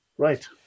right